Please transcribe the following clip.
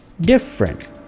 Different